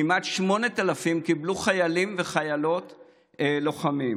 כמעט 8,000 קיבלו חיילים וחיילות לוחמים.